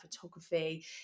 photography